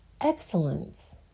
excellence